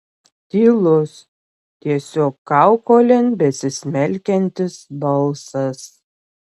tylus tiesiog kaukolėn besismelkiantis balsas